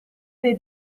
dei